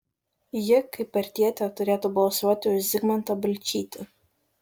ji kaip partietė turėtų balsuoti už zigmantą balčytį